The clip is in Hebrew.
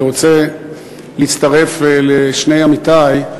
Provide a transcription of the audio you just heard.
אני רוצה להצטרף לשני עמיתי,